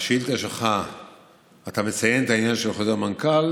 בשאילתה שלך אתה מציין את העניין של חוזר מנכ"ל